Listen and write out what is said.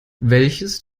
welches